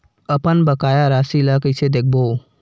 अपन बकाया राशि ला कइसे देखबो?